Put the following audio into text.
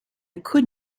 could